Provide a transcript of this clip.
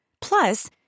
Plus